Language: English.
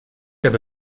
have